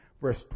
verse